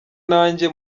nanjye